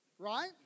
Right